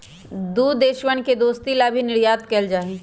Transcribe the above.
दु देशवन के दोस्ती ला भी निर्यात कइल जाहई